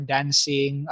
Dancing